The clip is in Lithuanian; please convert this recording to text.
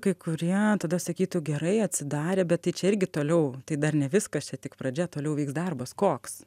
kai kurie tada sakytų gerai atsidarė bet tai čia irgi toliau tai dar ne viskas čia tik pradžia toliau vyks darbas koks